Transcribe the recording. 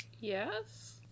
Yes